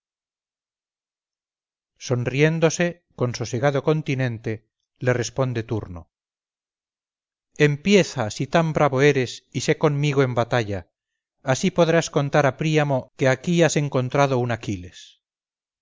sonriéndose con sosegado continente le responde turno empieza si tan bravo eres y sé conmigo en batalla así podrás contar a príamo que aquí has encontrado un aquiles